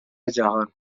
جهان